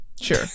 Sure